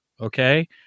okay